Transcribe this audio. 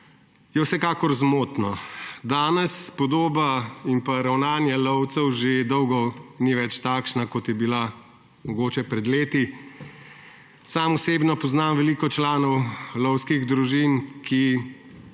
vsekakor zmotno. Danes podoba in pa ravnanje lovcev že dolgo ni več takšno, kot je bilo mogoče pred leti. Sam osebno poznam veliko članov lovskih družin, ki